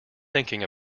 thinking